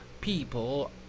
people